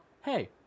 hey